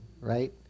right